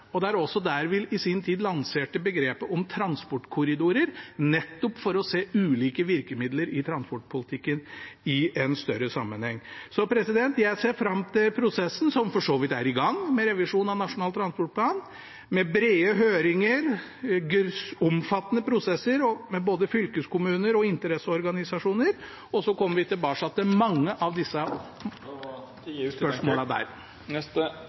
og det var også der vi i sin tid lanserte begrepet transportkorridorer, nettopp for å se ulike virkemidler i transportpolitikken i en større sammenheng. Jeg ser fram til prosessen – som for så vidt er i gang – med revisjon av Nasjonal transportplan, med brede høringer, omfattende prosesser og med både fylkeskommuner og interesseorganisasjoner, og så kommer vi tilbake igjen til mange av disse spørsmålene der.